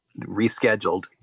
rescheduled